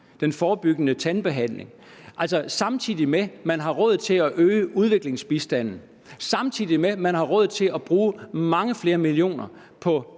den forebyggende tandbehandling, samtidig med at man har råd til at øge udviklingsbistanden, samtidig med at man har råd til at bruge mange flere millioner